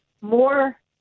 more